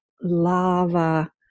lava